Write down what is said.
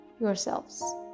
yourselves